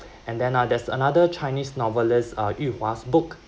and then uh there's another chinese novelist uh yu hua's book